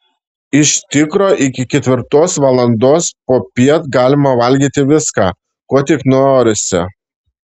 iš tikro iki ketvirtos valandos popiet galima valgyti viską ko tik norisi